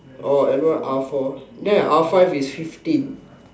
oh L one R four then your R five is fifteen